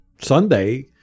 Sunday